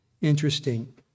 interesting